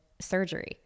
surgery